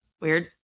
weird